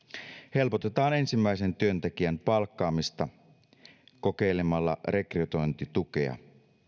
helpotetaan ensimmäisen työntekijän palkkaamista kokeilemalla rekrytointitukea